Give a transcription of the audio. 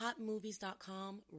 HotMovies.com